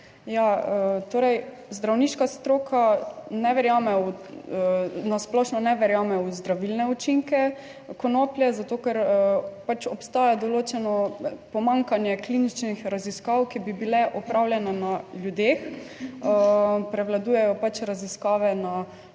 zdravniška stroka ne verjame v, na splošno ne verjame v zdravilne učinke konoplje, zato ker pač obstaja določeno pomanjkanje kliničnih raziskav, ki bi bile opravljene na ljudeh, prevladujejo pač raziskave na